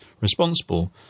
responsible